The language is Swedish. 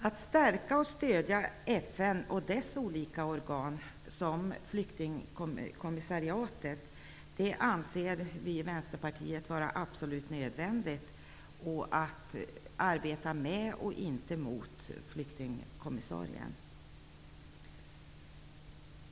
Vi i Vänsterpartiet anser det vara absolut nödvändigt att stärka och stödja FN och dess olika organ, t.ex flyktingkommissariatet. Vi måste arbeta med och inte mot flyktingkommissarien.